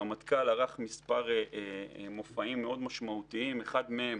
הרמטכ"ל ערך מספר מופעים משמעותיים מאוד, אחד מהם